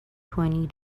twenty